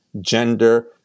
gender